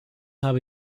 habe